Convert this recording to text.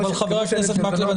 חבר הכנסת מקלב,